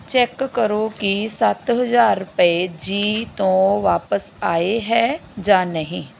check ਕਰੋ ਕਿ ਸੱਤ ਹਜ਼ਾਰ ਰੁਪਏ ਜ਼ੀ ਤੋਂ ਵਾਪਿਸ ਆਏ ਹੈ ਜਾਂ ਨਹੀਂ